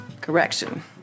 Correction